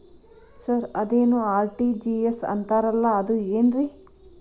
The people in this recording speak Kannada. ಸರ್ ಅದೇನು ಆರ್.ಟಿ.ಜಿ.ಎಸ್ ಅಂತಾರಲಾ ಅದು ಏನ್ರಿ?